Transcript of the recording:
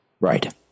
Right